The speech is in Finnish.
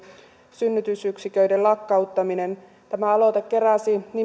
synnytysyksiköiden lakkauttaminen tämä aloite keräsi